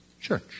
church